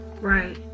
right